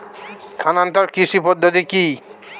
স্থানান্তর কৃষি পদ্ধতি কি?